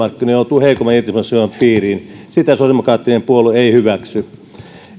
heikomman irtisanomissuojan piiriin sitä sosiaalidemokraattinen puolue ei hyväksy